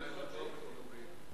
אין מתנגדים, אין נמנעים.